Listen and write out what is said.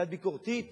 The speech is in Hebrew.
קצת ביקורתית,